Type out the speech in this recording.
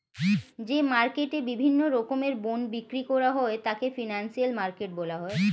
যে মার্কেটে বিভিন্ন রকমের বন্ড বিক্রি করা হয় তাকে ফিনান্সিয়াল মার্কেট বলা হয়